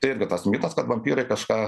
irgi tas mitas kad vampyrai kažką